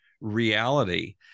reality